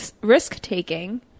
risk-taking